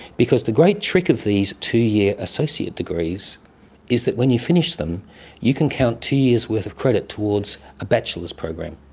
because the great trick of these two-year associate degrees is that when you finish them you can count two years' worth of credit towards a bachelor's program.